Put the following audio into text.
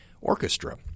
orchestra